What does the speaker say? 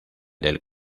del